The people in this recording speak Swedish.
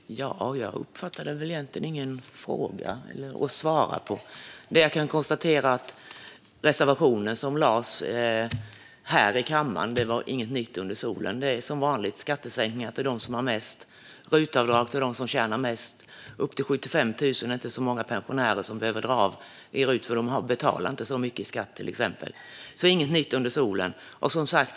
Fru talman! Jag uppfattade egentligen ingen fråga att svara på. Det jag kan konstatera är att när det gäller reservationen som lades fram här i kammaren var det inte något nytt under solen. Det är som vanligt skattesänkningar till dem som har mest och RUT-avdrag till dem som tjänar mest - upp till 75 000 kronor är det inte så många pensionärer som behöver dra av i RUT, för de betalar inte så mycket i skatt. Inget nytt under solen, alltså.